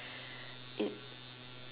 it~